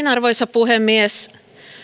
arvoisa puhemies